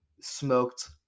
smoked